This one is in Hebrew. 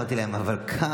אני אמרתי להם: אבל כאן,